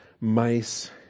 mice